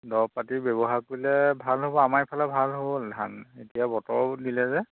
দৰৱ পাতি ব্যৱহাৰ কৰিলে ভাল হ'ব আমাৰ ইফালে ভাল হ'ল ধান এতিয়া বতৰ দিলে যে